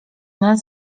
nas